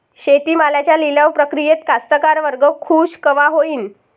शेती मालाच्या लिलाव प्रक्रियेत कास्तकार वर्ग खूष कवा होईन?